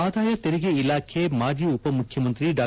ಆದಾಯ ತೆರಿಗೆ ಇಲಾಖೆ ಮಾಜಿ ಉಪ ಮುಖ್ಯಮಂತ್ರಿ ಡಾ